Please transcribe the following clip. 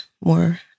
more